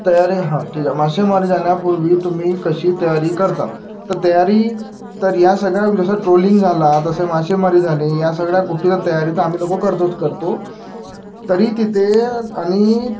तयारी हां ठीक आहे मासेमारी जाण्यापूर्वी तुम्ही कशी तयारी करतात तर तयारी तर या सगळ्या जसं ट्रोलिंग झाला तसे मासेमारी झाली या सगळ्या गोष्टीचा तयारी तर आम्ही लोकं करतोच करतो तरी तिथे आणि